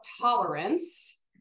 tolerance